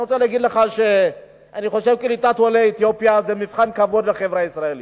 אני חושב שקליטת עולי אתיופיה זה מבחן כבוד לחברה הישראלית.